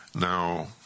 Now